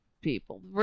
people